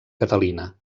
catalina